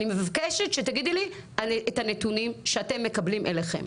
אני מבקשת שתגידי לי את הנתונים שאתם מקבלים אליכם.